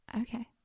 okay